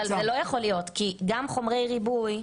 זה לא יכול להיות כי גם חומרי ריבוי,